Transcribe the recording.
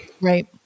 Right